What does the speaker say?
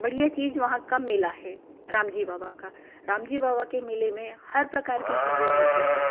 बढ़िया चीज़ वहाँ का मेला है राम जी बाबा का राम जी बाबा के मेले में हर प्रकार की चीज़ें मिलती हैं